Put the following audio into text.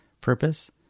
purpose